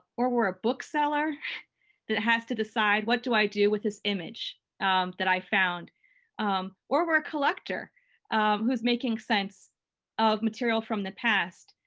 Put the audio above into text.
or we're a bookseller that has to decide what do i do with this image that i found um or we're a collector um who's making sense of material from the past.